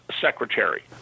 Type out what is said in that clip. Secretary